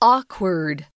Awkward